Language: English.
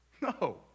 No